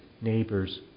neighbors